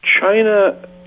China